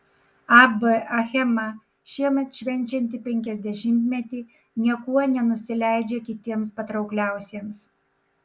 ab achema šiemet švenčianti penkiasdešimtmetį niekuo nenusileidžia kitiems patraukliausiems